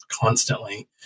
constantly